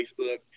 Facebook